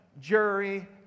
jury